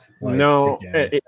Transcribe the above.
No